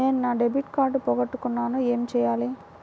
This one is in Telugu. నేను నా డెబిట్ కార్డ్ పోగొట్టుకున్నాను ఏమి చేయాలి?